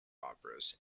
operas